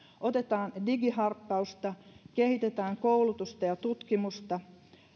otetaan digiharppausta sekä kehitetään koulutusta ja tutkimusta